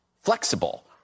flexible